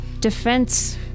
defense